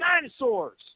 dinosaurs